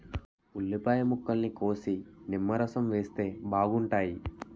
ఉల్లిపాయ ముక్కల్ని కోసి నిమ్మరసం వేస్తే బాగుంటాయి